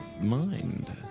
mind